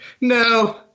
No